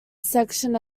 section